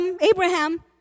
Abraham